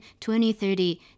2030